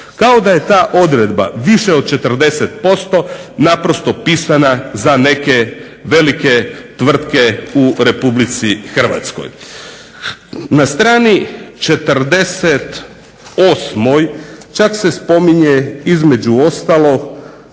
Kao da je ta odredba više od 40% naprosto pisana za neke velike tvrtke u Republici Hrvatskoj. Na strani 48 čak se spominje između ostalog